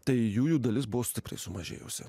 tai jų jų dalis buvo tikrai sumažėjusi